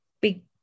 big